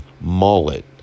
mullet